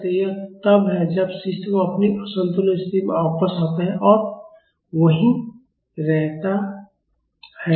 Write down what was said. तो यह तब है जब सिस्टम अपनी संतुलन स्थिति में वापस आता है और वहीं रहता है